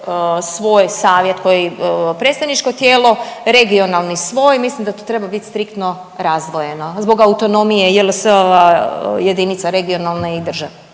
svoj savjet koji predstavničko tijelo, regionalni svoj, mislim da to treba biti striktno razdvojeno zbog autonomije JSL-ova, jedinica regionalne i državne.